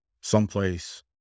someplace